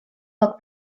как